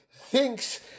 thinks